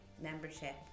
membership